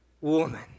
woman